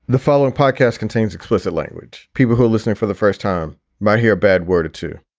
the following podcast contains explicit language. people who are listening for the first time might hear a bad word or two